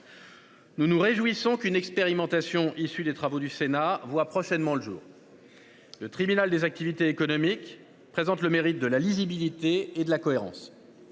Nous nous réjouissons qu'une expérimentation issue des travaux du Sénat voie prochainement le jour. Le tribunal des activités économiques a le mérite de la lisibilité et de la cohérence.